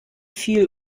viel